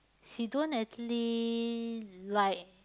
she don't actually like